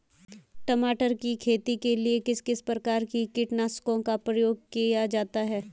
टमाटर की खेती के लिए किस किस प्रकार के कीटनाशकों का प्रयोग किया जाता है?